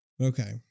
Okay